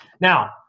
Now